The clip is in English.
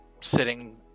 Sitting